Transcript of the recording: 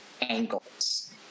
angles